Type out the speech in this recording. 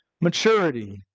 maturity